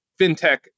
fintech